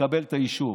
תקבל את האישור,